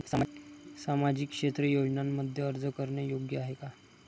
सामाजिक क्षेत्र योजनांमध्ये अर्ज करणे योग्य आहे का?